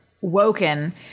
woken